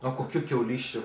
o kokių kiaulysčių